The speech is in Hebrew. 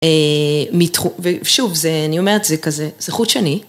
ושוב, אני אומרת זה כזה, זה חוט שני.